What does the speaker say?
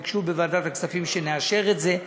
ביקשו בוועדת הכספים שנאשר את זה,